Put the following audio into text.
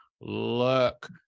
look